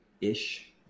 ish